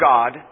God